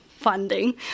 funding